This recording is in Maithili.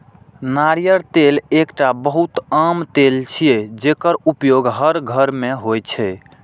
नारियल तेल एकटा बहुत आम तेल छियै, जेकर उपयोग हर घर मे होइ छै